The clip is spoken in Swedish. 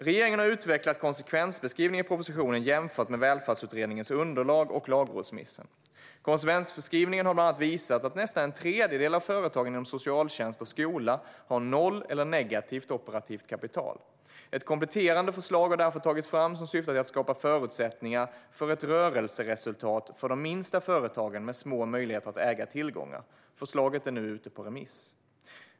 Regeringen har utvecklat konsekvensbeskrivningen i propositionen jämfört med Välfärdsutredningens underlag och lagrådsremissen. Konsekvensbeskrivningen har bland annat visat att nästan en tredjedel av företagen inom socialtjänst och skola har noll eller negativt operativt kapital. Ett kompletterande förslag har därför tagits fram som syftar till att skapa förutsättningar för ett rörelseresultat för de minsta företagen med små möjligheter att äga tillgångar. Förslaget är nu ute på remiss.